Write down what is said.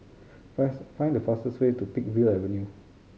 find the fastest way to Peakville Avenue